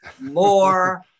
more